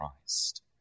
Christ